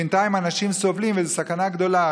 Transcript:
בינתיים אנשים סובלים וזו סכנה גדולה.